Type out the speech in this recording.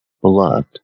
Beloved